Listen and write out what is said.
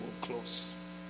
close